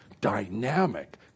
dynamic